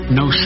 no